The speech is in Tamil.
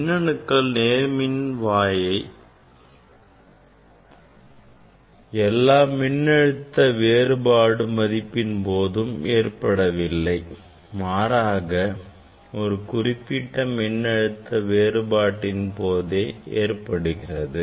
இது எல்லா மின்னழுத்த வேறுபாடு மதிப்பின் போதும் ஏற்படவில்லை மாறாக ஒரு குறிப்பிட்ட மின் அழுத்த வேறுபாட்டின் போதே ஏற்படுகிறது